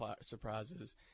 surprises